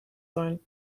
sollen